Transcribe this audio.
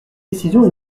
décisions